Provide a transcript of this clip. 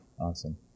awesome